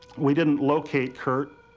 we didn't locate kurt.